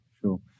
Sure